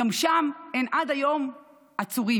גם שם אין עד היום עצורים.